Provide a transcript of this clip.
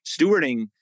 stewarding